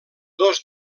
dos